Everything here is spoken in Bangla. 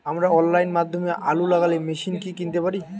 আমরা অনলাইনের মাধ্যমে আলু লাগানো মেশিন কি কিনতে পারি?